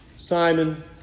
Simon